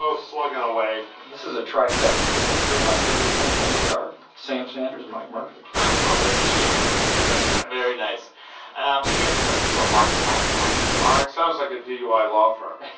so slugging away this is a trifecta for me. three of my favorite things npr, sam sanders, mike murphy well, look at you very nice very nice. um so you guys are quite the duo mark and mike, mike and mark sounds like a dui law firm